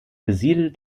besiedelt